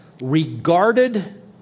regarded